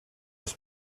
was